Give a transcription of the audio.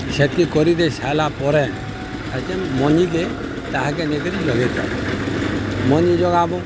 ହେତ୍କି କରିଦେଇ ସାର୍ଲା ପରେ ଏଛେନ୍ ମଞ୍ଜିକେ ତାହାକେ ନେଇକରି ଯଗେଇଦେମୁ ମଞ୍ଜି ଯୋଗାମୁ